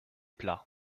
plat